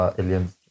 aliens